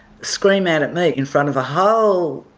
scream out at me in front of a whole